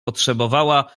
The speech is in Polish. potrzebowała